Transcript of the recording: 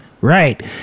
Right